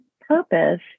purpose